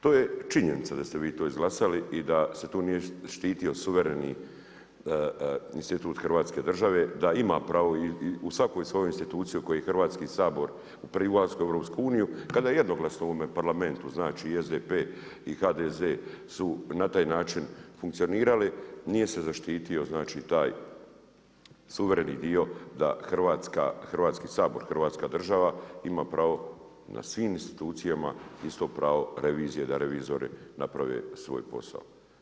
To je činjenica da ste vi to izglasali i da se tu nije štitio suvereni institut Hrvatske države, da ima pravo u svakoj svojoj instituciji u kojoj je Hrvatski sabor … kada je jednoglasno u ovome Parlamentu, znači i SDP i HDZ su na taj način funkcionirali nije se zaštitio, znači taj suvereni dio da Hrvatski sabor, Hrvatska država ima pravo na svim institucijama isto pravo revizije, da revizori naprave svoj posao.